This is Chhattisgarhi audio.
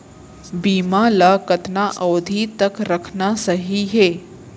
बीमा ल कतना अवधि तक रखना सही हे?